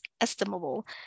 estimable